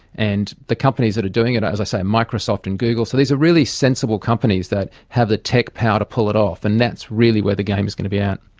and the companies that are doing it are, as i say, microsoft and google, so these are really sensible companies that have the tech power to pull it off, and that's really where the game is going to be at.